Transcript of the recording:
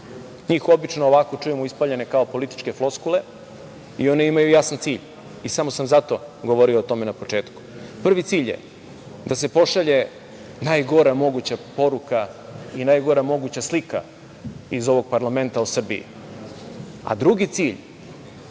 Njih obično ovako čujemo ispaljene kao političke floskule i one imaju jasan cilj, i samo sam zato govorio o tome na početku. Prvi cilj je da se pošalje najgora moguća poruka i najgora moguća slika iz ovog parlamenta o Srbiji, a drugi cilj